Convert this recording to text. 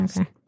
Okay